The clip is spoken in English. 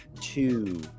two